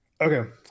Okay